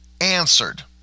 answered